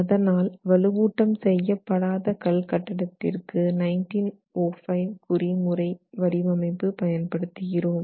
அதனால் வலுவூட்டும் செய்யப்படாத கல் கட்டடத்திற்கு 1905 குறி முறை வடிவமைப்பு பயன்படுத்துகிறோம்